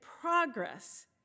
progress